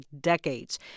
decades